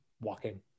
walking